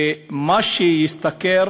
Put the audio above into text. שמה שישתכר